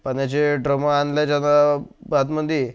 पाण्याचे ड्रमं आणले जाता आतमध्ये